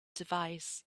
device